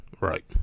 Right